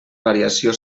variació